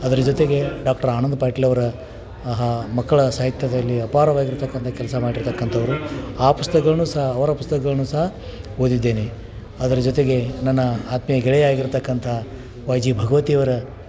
ಅದರ ಜೊತೆಗೆ ಡಾಕ್ಟ್ರ್ ಆನಂದ ಪಾಟೀಲ್ ಅವರ ಆಹಾ ಮಕ್ಕಳ ಸಾಹಿತ್ಯದಲ್ಲಿ ಅಪಾರವಾಗಿರತಕ್ಕಂತ ಕೆಲಸ ಮಾಡಿರ್ತಕ್ಕಂಥವರು ಆ ಪುಸ್ತಕ್ಗಳನ್ನೂ ಸಹ ಅವರ ಪುಸ್ತಕ್ಗಳನ್ನೂ ಸಹ ಓದಿದ್ದೇನೆ ಅದ್ರ ಜೊತೆಗೆ ನನ್ನ ಆತ್ಮೀಯ ಗೆಳೆಯ ಆಗಿರತಕ್ಕಂಥ ವೈ ಜಿ ಭಗವತಿ ಅವರ